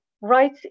right